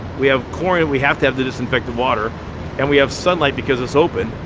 we have chlorine, we have to have to disinfect the water and we have sunlight because it's open.